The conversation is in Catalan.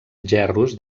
gerros